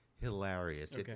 hilarious